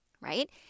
right